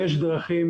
יש דרכים,